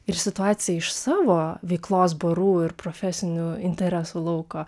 ir situaciją iš savo veiklos barų ir profesinių interesų lauko